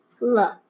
look